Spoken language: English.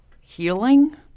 healing